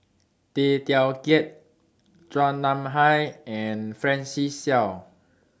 Tay Teow Kiat Chua Nam Hai and Francis Seow